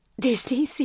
Disney